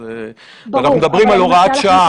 אז מדברים על הוראת שעה.